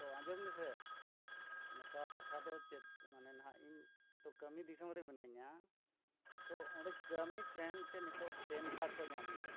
ᱛᱚ ᱟᱸᱡᱚᱢ ᱢᱮᱥᱮ ᱱᱝᱚᱠᱟ ᱠᱟᱛᱷᱟ ᱫᱚ ᱪᱮᱫ ᱢᱟᱱᱮ ᱱᱟᱜ ᱤᱧ ᱱᱤᱛᱳᱜ ᱠᱟᱹᱢᱤ ᱫᱤᱥᱚᱢ ᱨᱮ ᱢᱤᱱᱟᱹᱧᱟ ᱛᱚ ᱚᱸᱰᱮ ᱠᱟᱹᱢᱤ ᱴᱷᱮᱱ ᱪᱮᱫ ᱱᱤᱛᱳᱜ ᱯᱮᱱ ᱠᱟᱨᱰ ᱠᱚ ᱧᱟᱢ ᱠᱟᱱᱟ